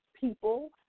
people